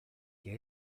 que